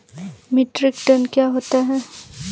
Metric tonne क्या होता है?